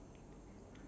ya